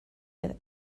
have